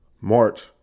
March